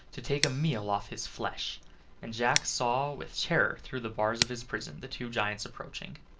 to take a meal off his flesh and jack saw with terror through the bars of his prison the two giants approaching.